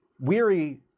weary